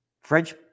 French